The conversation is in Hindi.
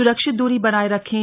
सुरक्षित दूरी बनाए रखें